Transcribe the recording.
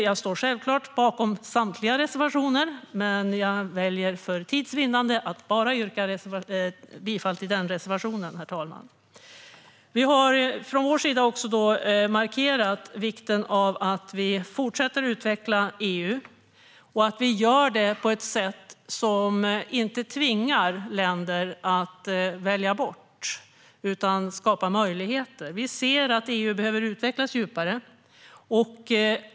Jag står självklart bakom samtliga mina reservationer, men för tids vinnande väljer jag att yrka bifall bara till den reservationen. Vi från vår sida har markerat vikten av att man fortsätter att utveckla EU på ett sätt som inte tvingar länder att välja bort, utan vi vill skapa möjligheter. EU behöver utvecklas djupare.